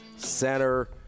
Center